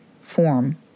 form